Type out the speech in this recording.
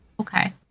okay